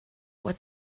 what